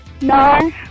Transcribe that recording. No